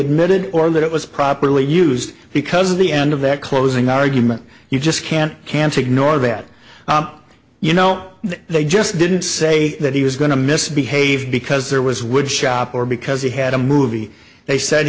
admitted or that it was properly used because the end of that closing argument you just can't can't ignore that you know that they just didn't say that he was going to misbehave because there was wood shop or because he had a movie they said